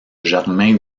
germain